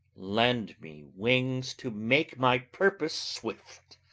lend me wings to make my purpose swift,